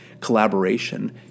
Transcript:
collaboration